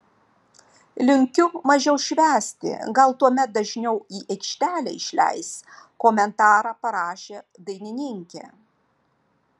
linkiu mažiau švęsti gal tuomet dažniau į aikštelę išleis komentarą parašė dainininkė